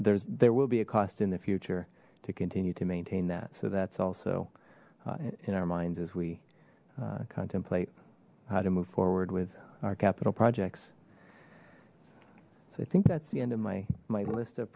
there's there will be a cost in the future to continue to maintain that so that's also in our minds as we contemplate how to move forward with our capital projects so i think that's the end of my my list of